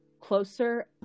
closer